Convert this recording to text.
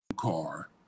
car